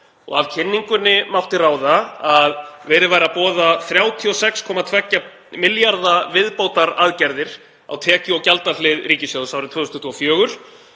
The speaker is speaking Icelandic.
Af kynningunni mátti ráða að verið væri að boða 36,2 milljarða viðbótaraðgerðir á tekju- og gjaldahlið ríkissjóðs árið 2024.